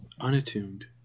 unattuned